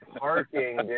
parking